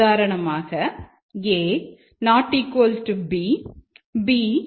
உதாரணமாக a